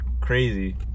crazy